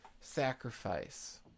sacrifice